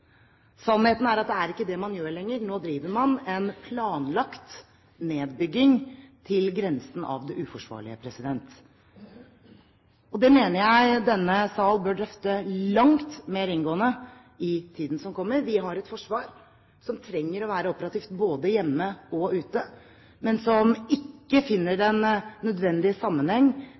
Sannheten er at det er ikke det man gjør lenger. Nå driver man en planlagt nedbygging på grensen til det uforsvarlige, og det mener jeg denne sal bør drøfte langt mer inngående i tiden som kommer. Vi har et forsvar som trenger å være operativt både hjemme og ute, men som ikke finner den nødvendige sammenheng